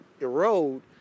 erode